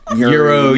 euro